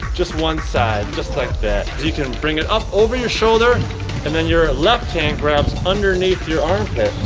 just one side. just like that. you can bring it up over your shoulder and then your left hand grabs underneath your armpit.